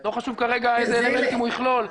לא חשוב כרגע איזה אלמנטים הוא יכלול.